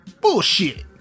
bullshit